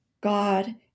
God